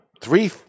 Three